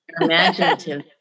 Imaginative